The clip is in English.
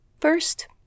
First